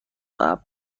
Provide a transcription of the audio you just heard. قبل